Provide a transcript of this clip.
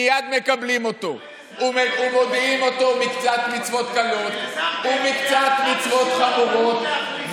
מייד מקבלים אותו ומודיעים אותו מקצת מצוות קלות ומקצת מצוות חמורות,